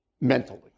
mentally